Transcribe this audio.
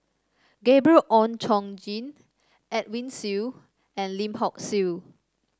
Gabriel Oon Chong Jin Edwin Siew and Lim Hock Siew